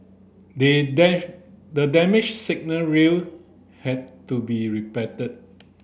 they the damaged signal rail had to be repaired